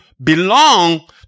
belong